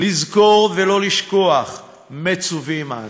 לזכור ולא לשכוח מצווים אנו.